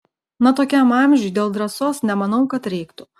na tokiam amžiuj dėl drąsos nemanau kad reiktų